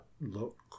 Look